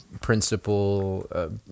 principle